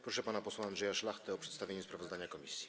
Proszę pana posła Andrzeja Szlachtę o przedstawienie sprawozdania komisji.